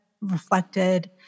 reflected